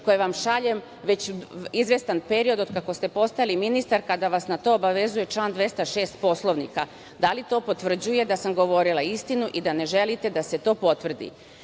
koje vam šaljem već izvestan period od kako ste postali ministar kada vas na to obavezuje 206. Poslovnika? Da li to potvrđuje da sam govorila istinu i da ne želite da se to potvrdi? Znam